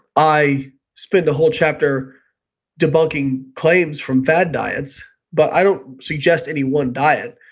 i spend a whole chapter debunking claims from fad diets, but i don't suggest any one diet.